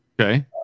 Okay